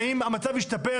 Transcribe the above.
האם המצב השתפר,